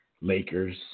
Lakers